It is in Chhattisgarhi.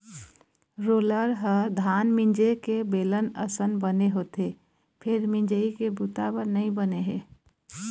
रोलर ह धान मिंजे के बेलन असन बने होथे फेर मिंजई के बूता बर नइ बने हे